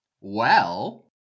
Well